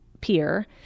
peer